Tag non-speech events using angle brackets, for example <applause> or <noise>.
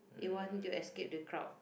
um <breath>